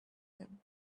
him